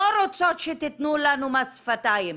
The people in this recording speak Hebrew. לא רוצות שתתנו לנו מס שפתיים,